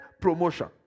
promotion